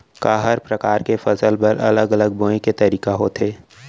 का हर प्रकार के फसल बर अलग अलग बोये के तरीका होथे?